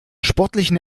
sportlichen